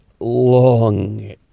long